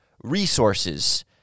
resources